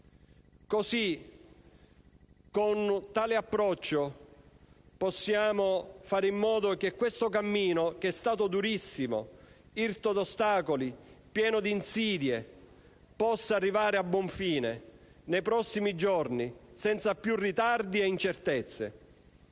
Con tale approccio, possiamo fare in modo che questo cammino, che è stato durissimo, irto di ostacoli e pieno di insidie, possa arrivare a buon fine nei prossimi giorni, senza più ritardi ed incertezze.